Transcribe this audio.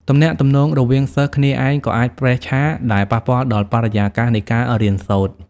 ទំនាក់ទំនងរវាងសិស្សគ្នាឯងក៏អាចប្រេះឆា ដែល ប៉ះពាល់ដល់បរិយាកាសនៃការរៀនសូត្រ។